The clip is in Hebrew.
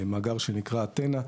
מאגר שנקרא "אתנה".